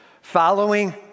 following